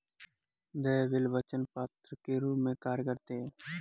देय बिल वचन पत्र के रूप में कार्य करते हैं